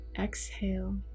exhale